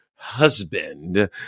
husband